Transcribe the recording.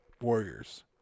Warriors